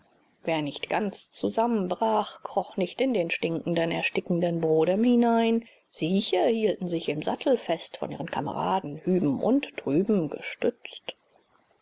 wer nicht ganz zusammenbrach kroch nicht in den stinkenden erstickenden brodem hinein sieche hielten sich im sattel fest von ihren kameraden hüben und drüben gestützt